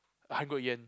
I go again